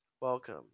Welcome